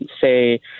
say